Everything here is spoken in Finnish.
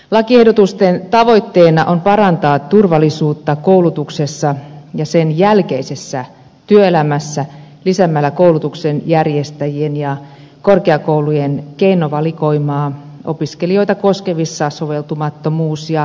lakiehdotusten tavoitteena on parantaa turvallisuutta koulutuksessa ja sen jälkeisessä työelämässä lisäämällä koulutuksen järjestäjien ja korkeakoulujen keinovalikoimaa opiskelijoita koskevissa soveltumattomuus ja turvallisuuskysymyksissä